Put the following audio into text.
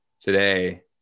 today